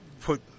put